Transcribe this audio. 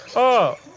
oh,